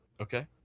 okay